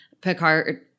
Picard